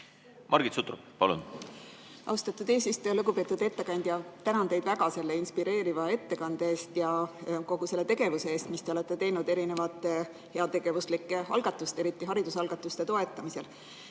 peale mõtlema. Austatud eesistuja! Lugupeetud ettekandja! Tänan teid väga selle inspireeriva ettekande eest ja kogu selle tegevuse eest, mis te olete teinud heategevuslike algatuste, eriti haridusalgatuste toetamisel!